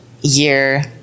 year